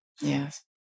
Yes